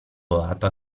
boato